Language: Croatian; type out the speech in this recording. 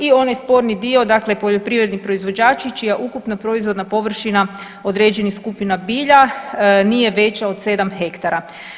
I onaj sporni dio dakle poljoprivredni proizvođači čija ukupna proizvodna površina određenih skupina bilja nije veća od 7 hektara.